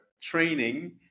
training